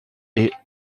est